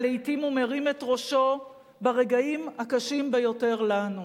ולעתים הוא מרים את ראשו ברגעים הקשים ביותר לנו.